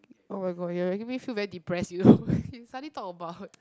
oh-my-god you are making me feel very depressed you know you suddenly talk about